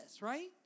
right